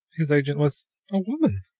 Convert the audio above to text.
his agent was a woman!